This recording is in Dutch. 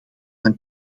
van